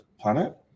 planet